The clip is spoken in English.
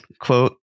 quote